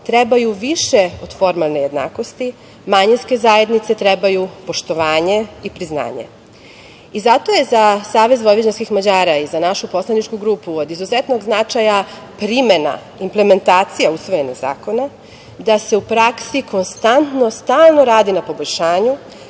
trebaju više od formalne jednakosti, manjinske zajednice trebaju poštovanje i priznanje. Zato je za SVM i za našu poslaničku grupu od izuzetnog značaja primena, implementacija usvojenih zakona da se u praksi konstantno, stalno radi na poboljšanju